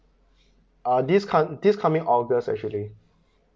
uh this come~ this coming august actually